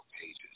pages